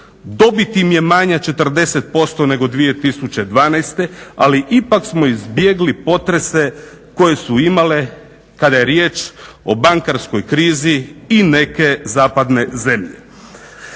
dobit im je manja 40% nego 2012., ali ipak smo izbjegli potrese koje su imale kada je riječ o bankarskoj krizi i neke zapadne zemlje.